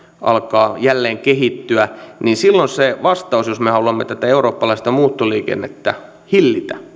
alkaa jälleen kehittyä silloin se vastaus jos me haluamme tätä eurooppalaista muuttoliikennettä hillitä